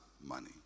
money